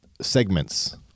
segments